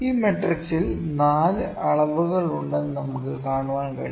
ഈ മാട്രിക്സിൽ 4 അളവുകൾ ഉണ്ടെന്ന് നമുക്ക് കാണാൻ കഴിയും